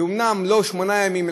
ואומנם לא שמונה ימים,